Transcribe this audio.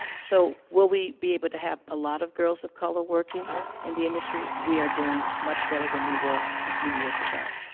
so will we be able to have a lot of girls of color working in the industry? we are doing much better than we were a few years ago.